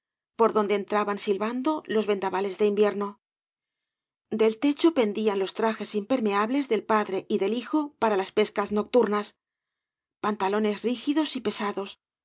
por donde entraban silbando los vendavales de invierno del techo pendían los trajes impermeables del padre y del hijo para las pescas nocturnas pantalones rígidos y pesados